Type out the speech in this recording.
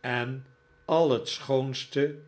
en al het schoonste